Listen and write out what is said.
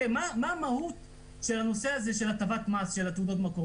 מה המהות של הנושא הזה של הטבת מס של התעודות מקור?